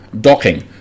docking